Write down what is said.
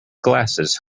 glasses